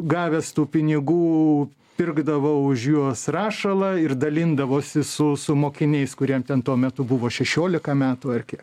gavęs tų pinigų pirkdavo už juos rašalą ir dalindavosi su su mokiniais kuriem ten tuo metu buvo šešiolika metų ar kiek